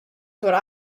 what